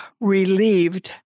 relieved